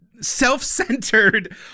self-centered